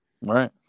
Right